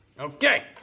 Okay